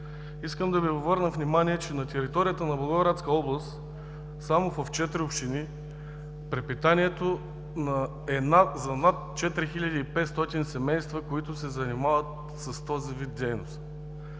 Искам да Ви обърна внимание, че на територията на Благоевградска област само в четири общини препитанието е за над 4500 семейства, които се занимават с този вид дейност.